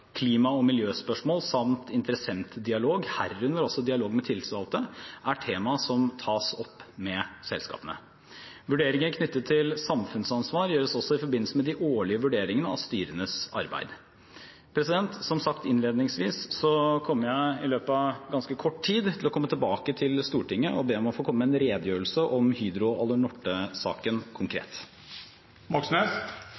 Klima- og miljøspørsmål samt interessentdialog, herunder også dialog med tillitsvalgte, er tema som tas opp med selskapene. Vurderinger knyttet til samfunnsansvar gjøres også i forbindelse med de årlige vurderingene av styrenes arbeid. Som sagt innledningsvis, kommer jeg i løpet av ganske kort tid til å be om å få komme tilbake til Stortinget med en redegjørelse om